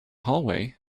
hallway